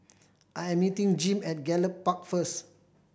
I am meeting Jim at Gallop Park first